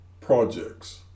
projects